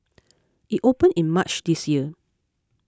it opened in March this year